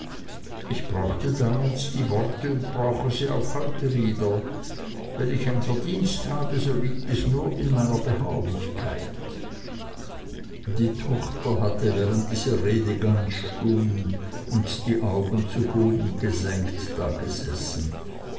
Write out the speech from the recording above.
ich brauchte damals die worte und brauche sie heute wieder wenn ich ein verdienst habe so liegt es nur in meiner beharrlichkeit die tochter hatte während dieser rede ganz stumm und die augen zu boden gesenkt dagesessen